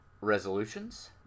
Resolutions